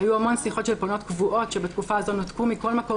"היו המון שיחות של פונות קבועות שבתקופה הזו נותקו מכל מקור